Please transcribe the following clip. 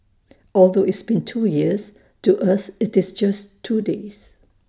although it's been two years to us it's just two days